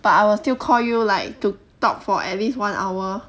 but I was still call you like to talk for at least one hour